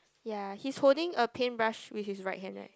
ya he's holding a paintbrush with his right hand